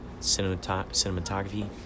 cinematography